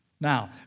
Now